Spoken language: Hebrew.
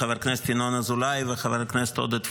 חבר הכנסת ינון אזולאי וחבר הכנסת עודד פורר,